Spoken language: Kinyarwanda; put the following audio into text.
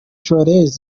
suarez